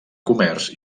comerç